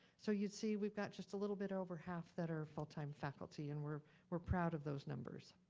so you see, we've got just a little bit over half that are full-time faculty, and we're we're proud of those numbers.